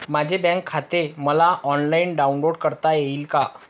माझे बँक खाते मला ऑनलाईन डाउनलोड करता येईल का?